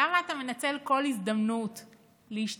למה אתה מנצל כל הזדמנות להשתלח,